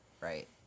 right